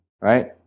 Right